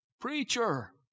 Preacher